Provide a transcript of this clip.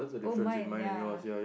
oh mine ya